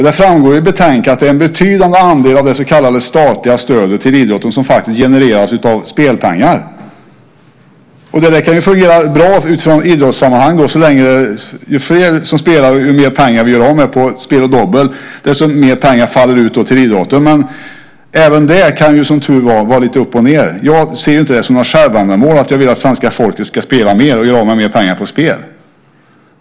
Det framgår i betänkandet att det är en betydande andel av det så kallade statliga stödet till idrotten som faktiskt genereras av spelpengar. Det kan fungera bra utifrån ett idrottssammanhang - ju fler som spelar och ju mer pengar som vi gör av med på spel och dobbel, desto mer pengar faller ut till idrotten. Men som tur är kan det vara lite upp och ned med det. Jag ser det inte som något självändamål att svenska folket ska spela mer och göra av med mer pengar på spel.